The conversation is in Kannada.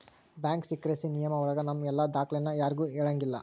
ಬ್ಯಾಂಕ್ ಸೀಕ್ರೆಸಿ ನಿಯಮ ಒಳಗ ನಮ್ ಎಲ್ಲ ದಾಖ್ಲೆನ ಯಾರ್ಗೂ ಹೇಳಂಗಿಲ್ಲ